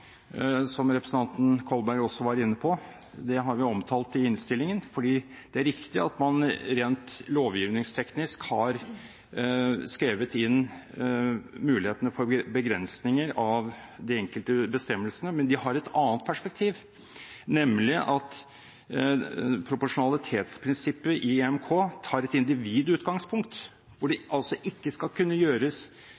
som representanten Kolberg også var inne på, har vi omtalt i innstillingen. Det er riktig at man rent lovgivningsteknisk har skrevet inn mulighetene for begrensninger av de enkelte bestemmelsene, men de har et annet perspektiv, nemlig at proporsjonalitetsprinsippet i EMK tar et individutgangspunkt, hvor det